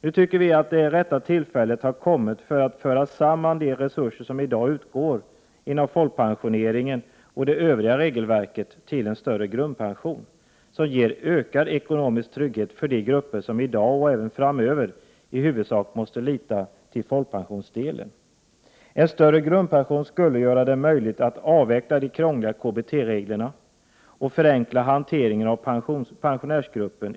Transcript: Nu anser vi att det rätta tillfället har kommit att föra samman de resurser som i dag utgår inom folkpensioneringen och inom det övriga regelverket till en större grundpension som ger en ökad ekonomisk trygghet för de grupper som i dag och även framöver i huvudsak måste lita till folkpensionsdelen. En större grundpension skulle göra det möjligt att avveckla de krångliga KBT-reglerna och förenkla hanteringen i skattesystemet av pensionärsgruppen.